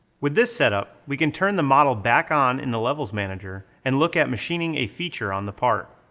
with this set up, we can turn the model back on in the levels manager and look at machining a feature on the part.